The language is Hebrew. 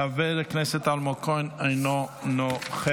חבר הכנסת אלמוג כהן, אינו נוכח.